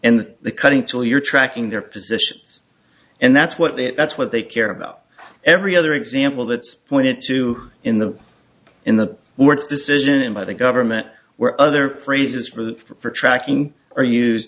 and the cutting tool you're tracking their positions and that's what that's what they care about every other example that's pointed to in the in the words decision by the government where other phrases for tracking